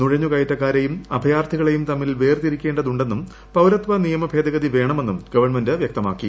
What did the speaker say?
നുഴഞ്ഞുകയറ്റക്കാരെയും അഭയാർത്ഥികളെയും തമ്മിൽ വേർതിരിക്കേണ്ടതുണ്ടെന്നും പൌരത്വ നിയമ ഭേദഗതി വേണമെന്നും ഗവൺമെന്റ് വ്യക്തമാക്കി